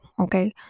okay